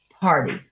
party